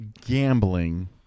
gambling